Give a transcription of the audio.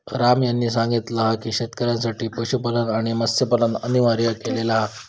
राम यांनी सांगितला हा की शेतकऱ्यांसाठी पशुपालन आणि मत्स्यपालन अनिवार्य केलेला हा